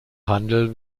handel